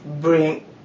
bring